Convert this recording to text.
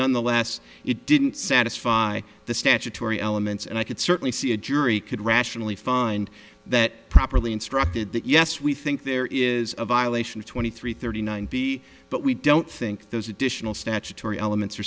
nonetheless it didn't satisfy the statutory elements and i could certainly see a jury could rationally find that properly instructed that yes we think there is a violation of twenty three thirty nine b but we don't think those additional statutory elements